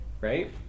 Right